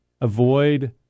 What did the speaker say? Avoid